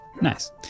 Nice